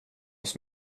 oss